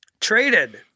traded